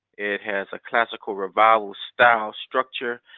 it has a classical revival style structure.